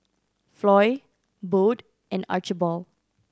Floy Bode and Archibald